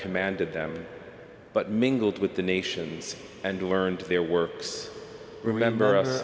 commanded them but mingled with the nations and learned their works remember